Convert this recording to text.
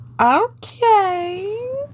Okay